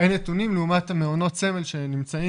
אין נתונים לעומת מעונות סמל שנמצאים